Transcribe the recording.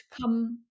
come